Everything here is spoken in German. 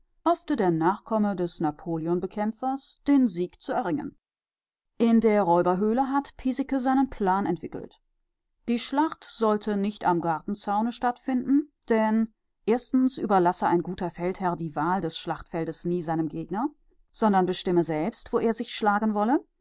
hoffte der nachkomme des napoleonbekämpfers den sieg zu erringen in der räuberhöhle hat piesecke seinen plan entwickelt die schlacht sollte nicht am gartenzaune stattfinden denn erstens überlasse ein guter feldherr die wahl des schlachtfeldes nie seinem gegner sondern bestimme selbst wo er sich schlagen wolle